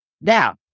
Now